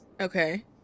okay